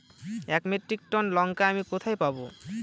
এক metric ton লঙ্কা আমি কোথায় পাবো?